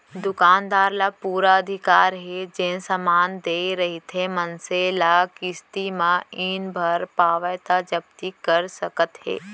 दुकानदार ल पुरा अधिकार हे जेन समान देय रहिथे मनसे ल किस्ती म नइ भर पावय त जब्ती कर सकत हे